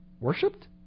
Worshipped